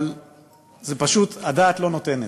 אבל פשוט הדעת לא נותנת.